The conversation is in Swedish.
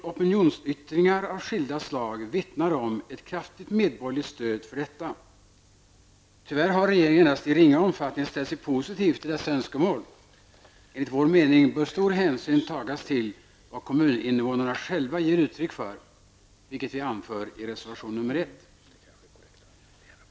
Opinionsyttringar av skilda slag vittnar om ett kraftigt medborgerligt stöd för detta. Tyvärr har regeringen endast i ringa omfattning ställt sig positiv till dessa önskemål. Enligt vår mening bör stor hänsyn tas till vad kommuninvånarna själva ger uttryck för, vilket vi anför i reservation nr 1.